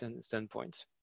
standpoint